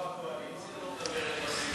אפילו האופוזיציה לא מדברת בסגנון